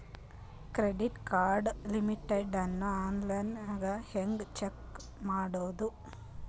Credit card limit ಅನ್ನು online ಹೆಂಗ್ check ಮಾಡೋದು?